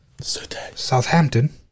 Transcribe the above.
Southampton